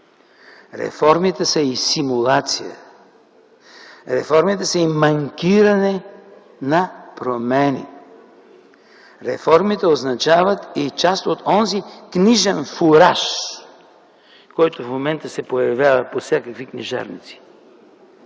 Реформите са и симулация, реформите са и манкиране на промени. Реформите означават и част от онзи книжен фураж, който в момента се появява по всякакви книжарници.